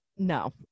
No